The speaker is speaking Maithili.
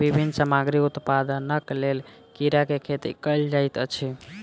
विभिन्न सामग्री उत्पादनक लेल कीड़ा के खेती कयल जाइत अछि